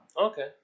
Okay